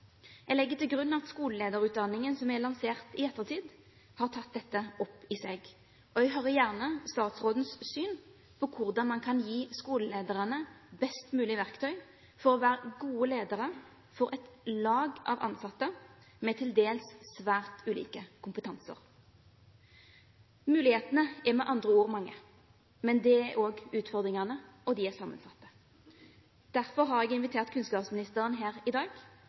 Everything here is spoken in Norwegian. Jeg legger til grunn at skolelederutdanningen som er lansert i ettertid, har tatt dette opp i seg. Jeg hører gjerne statsrådens syn på hvordan man kan gi skolelederne best mulig verktøy for å være gode ledere for et lag av ansatte med til dels svært ulike kompetanser. Mulighetene er med andre ord mange, men det er også utfordringene, og de er sammensatte. Derfor har jeg invitert kunnskapsministeren hit i dag